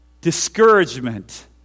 discouragement